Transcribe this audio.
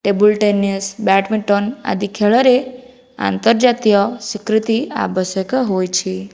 table tennis badminton ଆଦି ଖେଳରେ ଆନ୍ତର୍ଜାତୀୟ ସ୍ୱୀକୃତି ଆବଶ୍ୟକ ହୋଇଛି